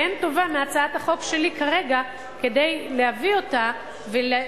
ואין טובה מהצעת החוק שלי כרגע כדי להבין ולדרוש,